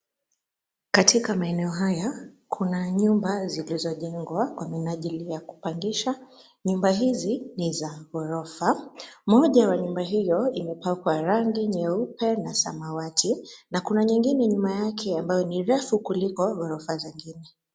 Katika maeneo haya, kuna nyumba zilizojengwa kwa minajili ya kupangisha, nyumba hizi ni za ghorofa, moja wa nyumba hio imepakwa rangi nyeupe na samawati, na kuna nyingine nyuma yake ambayo ni refu kuliko ghorofa zingine.